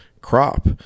crop